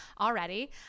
already